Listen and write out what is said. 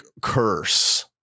curse